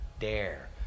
dare